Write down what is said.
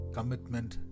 Commitment